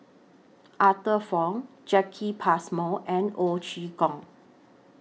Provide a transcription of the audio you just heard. Arthur Fong Jacki Passmore and Ho Chee Kong